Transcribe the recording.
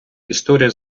історія